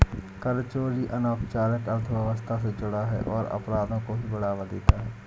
कर चोरी अनौपचारिक अर्थव्यवस्था से जुड़ा है और अपराधों को भी बढ़ावा देता है